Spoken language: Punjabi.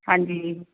ਹਾਂਜੀ